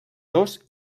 dos